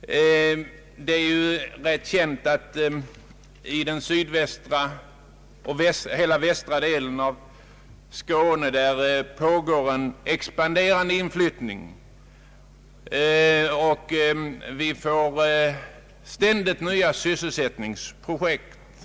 Det är ju väl känt att i den sydvästra och västra delen av Skåne pågår en expanderande inflyttning, och där uppstår ständigt nya sysselsättningsprojekt.